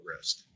risk